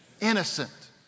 Innocent